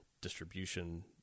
distribution